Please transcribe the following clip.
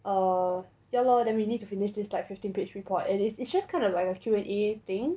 err ya lor then we need to finish this like fifteen page report and it's it's just kind of like a Q&A thing